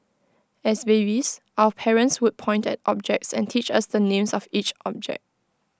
as babies our parents would point at objects and teach us the names of each object